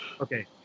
Okay